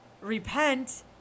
repent